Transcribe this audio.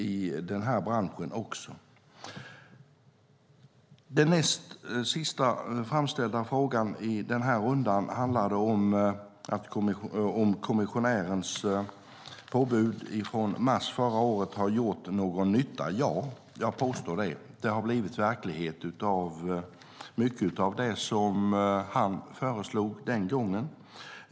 Den näst sist ställda frågan i den här rundan handlade om kommissionärens påbud i mars förra året. Har det gjort någon nytta? Ja, jag påstår det. Det har blivit verklighet av mycket av det som han föreslog den gången.